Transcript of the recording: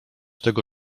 tego